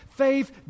Faith